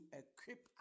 equip